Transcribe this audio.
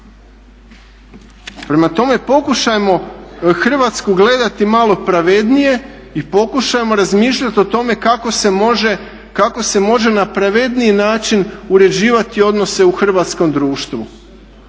Prema tome pokušajmo Hrvatsku gledati malo pravednije i pokušajmo razmišljati o tome kako se može na pravedniji način uređivati odnose u hrvatskom društvu.